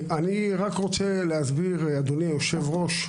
אני רוצה להסביר, אדוני היושב-ראש,